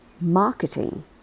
marketing